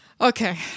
Okay